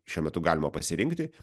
šiuo metu galima pasirinkti